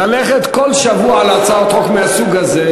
ללכת כל שבוע להצעות חוק מהסוג הזה,